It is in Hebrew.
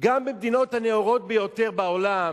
גם במדינות הנאורות ביותר בעולם,